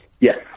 Yes